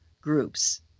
groups